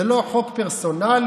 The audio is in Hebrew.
זה לא חוק פרסונלי,